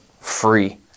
free